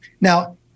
Now